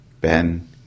Ben